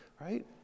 right